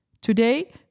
Today